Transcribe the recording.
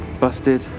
busted